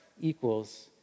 equals